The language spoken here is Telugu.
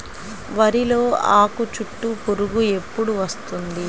వరిలో ఆకుచుట్టు పురుగు ఎప్పుడు వస్తుంది?